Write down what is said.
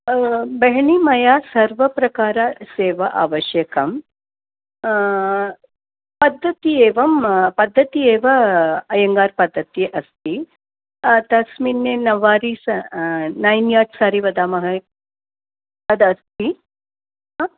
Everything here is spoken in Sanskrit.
बहिनी मया सर्वप्रकारसेवा आवश्यकम् पद्धतिः एवं पद्धतिः एव अय्यङ्गार् पद्धतिः अस्ति तस्मिन्ने नवारि सारि नैन् यार्ड् सारि वदामः तदस्ति हा